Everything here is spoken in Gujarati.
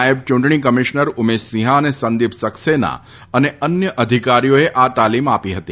નાયબ ચૂંટણી કમિશનર ઉમેશસિંહા અને સંદીપ સક્સેના અને અન્ય અધિકારીઓએ આ તાલિમ આપી હતી